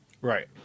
Right